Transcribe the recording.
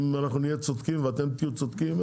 אם אנחנו נהיה צודקים ואתם תהיו צודקים.